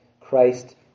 Christ